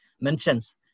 mentions